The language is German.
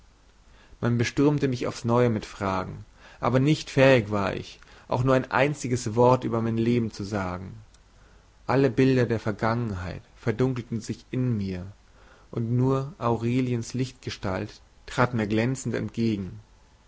man bestürmte mich aufs neue mit fragen aber nicht fähig war ich auch nur ein einziges wort über mein leben zu sagen alle bilder der vergangenheit verdunkelten sich in mir und nur aureliens lichtgestalt trat mir glänzend entgegen